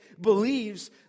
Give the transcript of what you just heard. believes